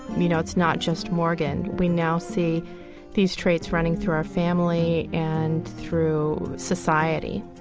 you know, it's not just morgan. we now see these traits running through our family and through society